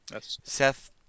Seth